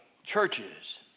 churches